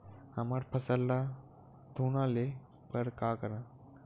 हमर फसल ल घुना ले बर का करन?